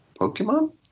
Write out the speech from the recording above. Pokemon